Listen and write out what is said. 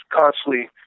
constantly